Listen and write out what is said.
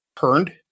turned